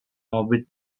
morbid